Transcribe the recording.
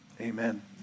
amen